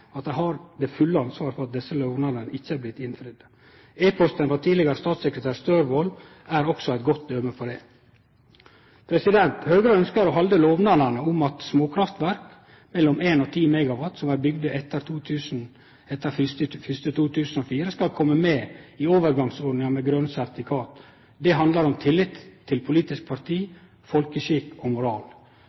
at dei har det fulle ansvaret for at desse lovnadene ikkje er blitt innfridde. E-posten frå tidlegare statssekretær Størvold er også eit godt døme på det. Høgre ønskjer å halde lovnadene om at småkraftverk mellom 1 og 10 MW som er bygde etter 1. januar 2004, skal komme med i overgangsordninga med grøne sertifikat. Det handlar om tillit til politiske parti, folkeskikk og